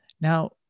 Now